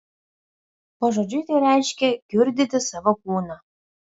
pažodžiui tai reiškia kiurdyti savo kūną